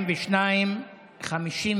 של חבר הכנסת מאיר פרוש לפני סעיף 1 לא נתקבלה.